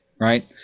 right